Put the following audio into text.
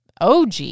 OG